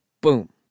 boom